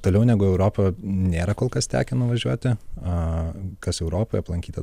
toliau negu europa nėra kol kas tekę nuvažiuoti a kas europoje aplankyta